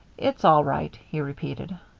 it's all right, he repeated.